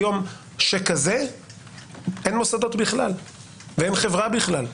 ליום שכזה אין מוסד בכלל ואין חברה בכלל.